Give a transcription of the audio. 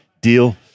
deal